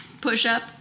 Push-up